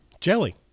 Jelly